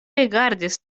rigardis